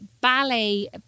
ballet